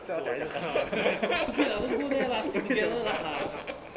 所我就 stupid lah don't go there lah stick together lah ha ha